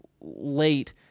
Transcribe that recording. late